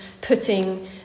putting